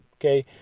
Okay